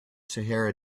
sahara